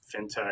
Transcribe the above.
FinTech